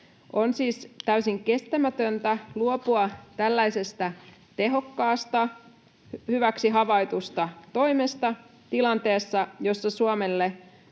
On siis täysin kestämätöntä luopua tällaisesta tehokkaasta, hyväksi havaitusta toimesta tilanteessa, jossa Suomelle